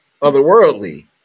otherworldly